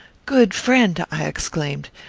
good friend, i exclaimed,